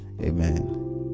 Amen